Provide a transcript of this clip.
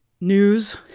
news